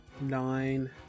nine